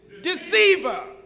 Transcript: Deceiver